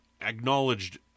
acknowledged